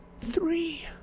three